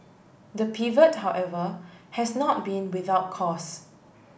the pivot however has not been without cost